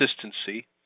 consistency